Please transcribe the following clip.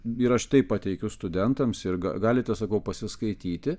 ir aš tai pateikiu studentams ir ga galite sakau pasiskaityti